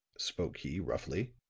spoke he, roughly.